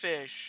fish